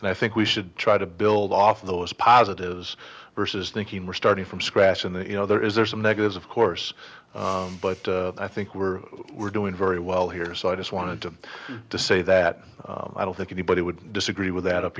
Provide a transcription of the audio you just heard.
and i think we should try to build off of those positives versus thinking we're starting from scratch in the you know there is there are some negatives of course but i think we're we're doing very well here so i just wanted to say that i don't think anybody would disagree with that